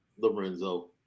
Lorenzo